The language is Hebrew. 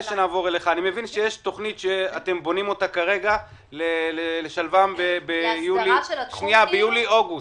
אני מבין שיש תכנית שאתם בונים כרגע לשלב ביולי אוגוסט.